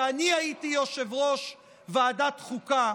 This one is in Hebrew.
ואני הייתי יושב-ראש ועדת חוקה,